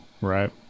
Right